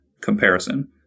comparison